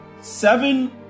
seven